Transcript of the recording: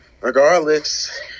regardless